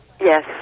Yes